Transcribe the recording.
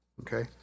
Okay